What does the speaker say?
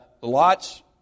Lot's